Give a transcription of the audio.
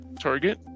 target